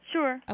Sure